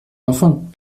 enfants